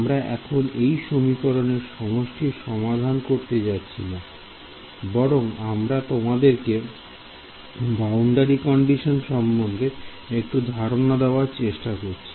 আমরা এখন এই সমীকরণের সমষ্টির সমাধান করতে যাচ্ছি না বরং আমি তোমাদেরকে বাউন্ডারি কন্ডিশন সম্বন্ধে একটু ধারণা দেওয়ার চেষ্টা করছি